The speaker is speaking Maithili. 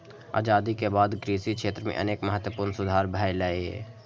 आजादी के बाद कृषि क्षेत्र मे अनेक महत्वपूर्ण सुधार भेलैए